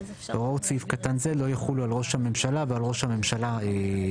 הוראות סעיף קטן זה לא יחולו על ראש הממשלה ועל ראש הממשלה החלופי."